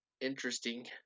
interesting